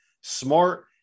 smart